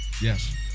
Yes